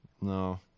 no